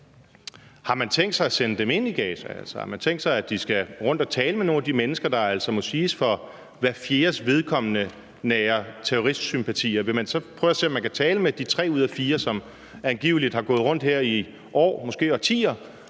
Har man tænkt sig at sende dem ind i Gaza? Altså, har man tænkt sig, at de skal gå rundt og tale med nogle af de mennesker, hvor man altså må sige, at hver fjerde nærer terroristsympatier? Vil man så prøve at se, om man kan tale med de tre ud af fire, som angiveligt har gået rundt i flere år, måske i årtier,